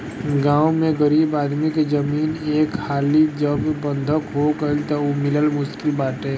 गांव में गरीब आदमी के जमीन एक हाली जब बंधक हो गईल तअ उ मिलल मुश्किल बाटे